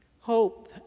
Hope